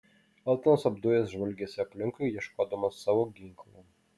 eltonas apdujęs žvalgėsi aplinkui ieškodamas savo ginklo